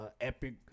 epic